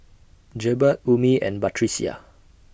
Jebat Ummi and Batrisya